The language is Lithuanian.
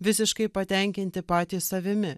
visiškai patenkinti patys savimi